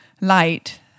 light